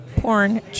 porn